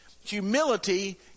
Humility